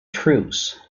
truce